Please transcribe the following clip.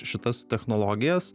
šitas technologijas